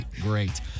great